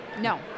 No